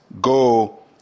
Go